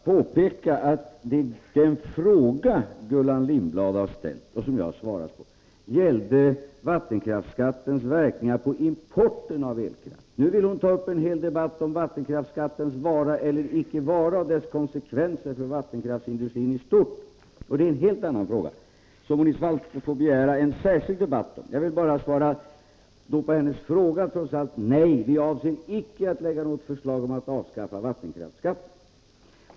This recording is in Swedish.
Herr talman! Låt mig bara påpeka att den fråga som Gullan Lindblad har ställt och som jag har svarat på gällde vattenkraftsskattens verkningar på importen av elkraft. Nu vill Gullan Lindblad ta upp en debatt om vattenkraftsskattens vara eller icke vara och om dess konsekvenser för vattenkraftsindustrin i stort. Det är en helt annan fråga, som hon får begära en särskild debatt om. Jag vill trots allt svara på Gullan Lindblads fråga: Nej, vi avser icke att lägga fram något förslag om att avskaffa vattenkraftsskatten.